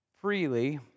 freely